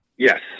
Yes